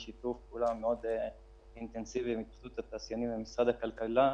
בשיתוף פעולה מאוד אינטנסיבי עם התאחדות התעשיינים ומשרד הכלכלה,